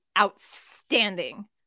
outstanding